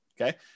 okay